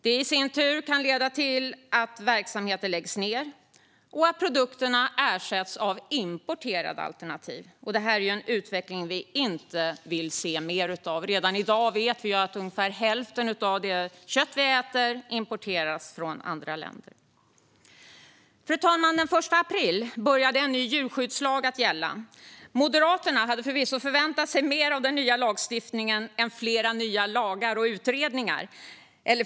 Det i sin tur kan leda till att verksamheter läggs ned och att produkterna ersätts av importerade alternativ. Det är en utveckling vi inte vill se mer av. Redan i dag vet vi att ungefär hälften av det kött vi äter importeras från andra länder. Fru talman! Den 1 april började en ny djurskyddslag gälla. Moderaterna hade förvisso förväntat sig mer av den nya lagstiftningen än flera nya utredningar.